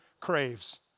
craves